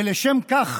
ולשם כך